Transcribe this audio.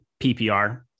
PPR